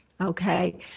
Okay